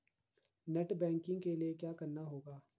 Net banking के लिए क्या करना होगा?